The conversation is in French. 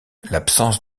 l’absence